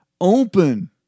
open